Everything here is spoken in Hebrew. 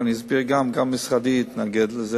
וגם משרדי התנגד לזה,